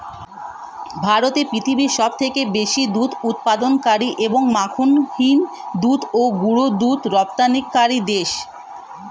ভারত পৃথিবীর সবচেয়ে বেশি দুধ উৎপাদনকারী এবং মাখনহীন দুধ ও গুঁড়ো দুধ রপ্তানিকারী দেশ